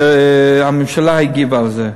שהממשלה הגיבה על זה.